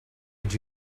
what